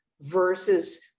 versus